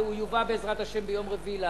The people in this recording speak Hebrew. והוא יובא בעזרת השם ביום רביעי להצבעה.